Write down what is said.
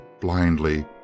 blindly